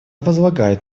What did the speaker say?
возлагает